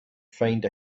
find